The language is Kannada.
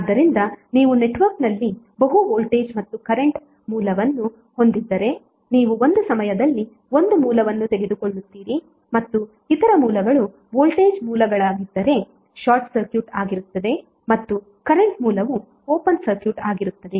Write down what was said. ಆದ್ದರಿಂದ ನೀವು ನೆಟ್ವರ್ಕ್ನಲ್ಲಿ ಬಹು ವೋಲ್ಟೇಜ್ ಮತ್ತು ಕರೆಂಟ್ ಮೂಲವನ್ನು ಹೊಂದಿದ್ದರೆ ನೀವು ಒಂದು ಸಮಯದಲ್ಲಿ ಒಂದು ಮೂಲವನ್ನು ತೆಗೆದುಕೊಳ್ಳುತ್ತೀರಿ ಮತ್ತು ಇತರ ಮೂಲಗಳು ವೋಲ್ಟೇಜ್ ಮೂಲಗಳಾಗಿದ್ದರೆ ಶಾರ್ಟ್ ಸರ್ಕ್ಯೂಟ್ ಆಗಿರುತ್ತದೆ ಮತ್ತು ಕರೆಂಟ್ ಮೂಲವು ಓಪನ್ ಸರ್ಕ್ಯೂಟ್ ಆಗಿರುತ್ತದೆ